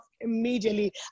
immediately